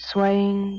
Swaying